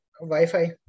Wi-Fi